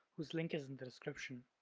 whose link is in the description,